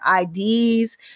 IDs